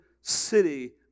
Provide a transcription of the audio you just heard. city